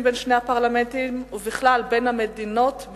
בין שני הפרלמנטים ובכלל בין המדינות,